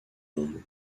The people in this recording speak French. monde